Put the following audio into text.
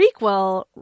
prequel